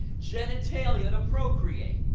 genitalia to procreate,